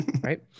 Right